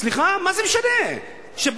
סליחה, מה זה משנה שבית-התנ"ך